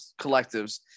collectives